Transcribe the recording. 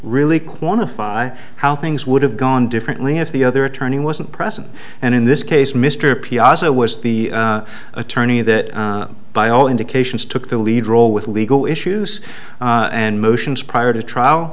really quantify how things would have gone differently if the other attorney wasn't present and in this case mr p aso was the attorney that by all indications took the lead role with legal issues and motions prior to trial